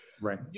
right